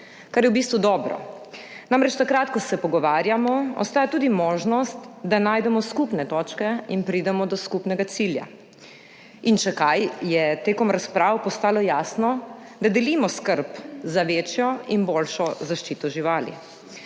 Kar je v bistvu dobro. Namreč, takrat ko se pogovarjamo, obstaja tudi možnost, da najdemo skupne točke in pridemo do skupnega cilja. In če kaj, je tekom razprav postalo jasno, da delimo skrb za večjo in boljšo zaščito živali,